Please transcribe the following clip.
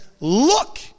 Look